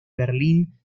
berlín